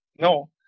no